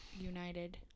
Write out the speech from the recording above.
united